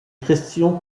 question